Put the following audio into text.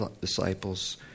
disciples